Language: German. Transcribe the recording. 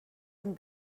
dem